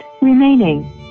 Remaining